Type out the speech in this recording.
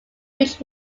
which